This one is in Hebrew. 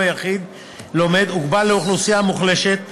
יחיד לומד הוגבל לאוכלוסייה מוחלשת זו,